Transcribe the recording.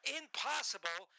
impossible